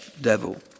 devil